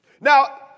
Now